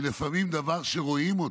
היא לפעמים דבר שרואים אותו,